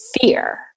fear